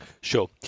Sure